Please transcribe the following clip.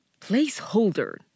Placeholder